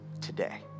today